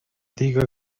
diga